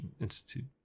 Institute